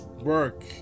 work